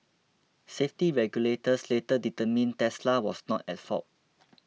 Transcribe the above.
safety regulators later determined Tesla was not at fault